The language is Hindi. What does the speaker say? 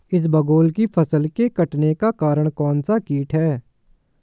इसबगोल की फसल के कटने का कारण कौनसा कीट है?